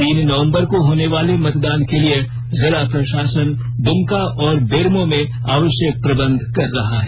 तीन नवंबर को होनेवाले मतदान के लिए जिला प्रशासन दुमका और बेरमो में आवश्यक प्रबंध कर रहा है